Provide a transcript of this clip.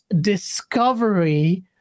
discovery